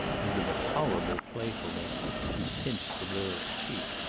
and with a horrible playfulness she pinched the girl's cheek.